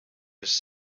his